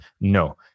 No